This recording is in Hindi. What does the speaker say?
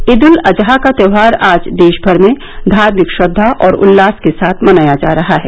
ईद उल अजहा का त्यौहार आज देश भर में धार्मिक श्रद्वा और उल्लास के साथ मनाया जा रहा है